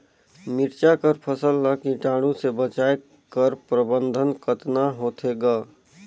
मिरचा कर फसल ला कीटाणु से बचाय कर प्रबंधन कतना होथे ग?